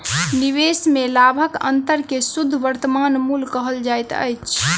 निवेश में लाभक अंतर के शुद्ध वर्तमान मूल्य कहल जाइत अछि